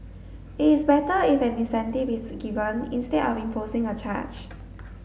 it is better if an incentive is given instead of imposing a charge